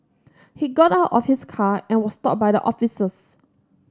he got out of his car and was stopped by the officers